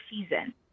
season